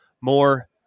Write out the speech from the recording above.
more